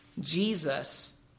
Jesus